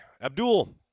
Abdul